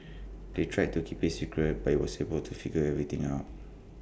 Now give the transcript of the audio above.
they tried to keep IT A secret but he was able to figure everything out